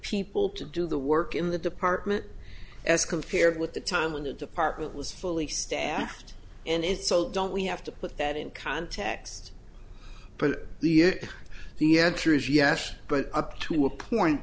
people to do the work in the department as compared with the time when the department was fully staffed and it's old don't we have to put that in context but the the answer is yes but up to a point